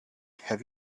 have